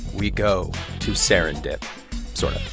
we go to serendip sort of